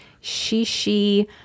she-she